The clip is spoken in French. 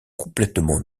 complètement